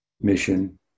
mission